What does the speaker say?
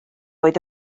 oedd